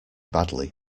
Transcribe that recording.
badly